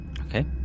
Okay